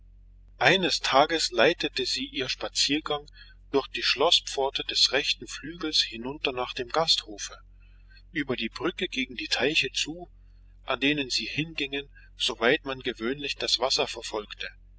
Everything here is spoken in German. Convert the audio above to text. eines tages leitete sie ihr spaziergang durch die schloßpforte des rechten flügels hinunter nach dem gasthofe über die brücke gegen die teiche zu an denen sie hingingen soweit man gewöhnlich das wasser verfolgte